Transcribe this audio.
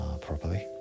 properly